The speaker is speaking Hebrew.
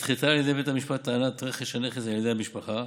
נדחתה על ידי בית המשפט טענת רכש הנכס על ידי המשפחה,